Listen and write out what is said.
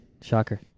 shocker